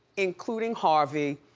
including harvey,